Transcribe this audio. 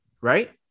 right